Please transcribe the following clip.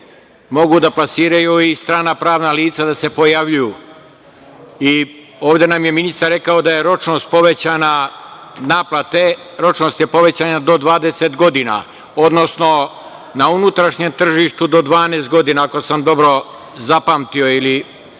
mogu da plasiraju i strana pravna lica, da se pojavljuju. Ovde nam je ministar rekao da je ročnost povećana, naplate, ročnost je povećanja do 20 godina, odnosno na unutrašnjem tržištu do 12 godina, ako sam dobro zapamtio ili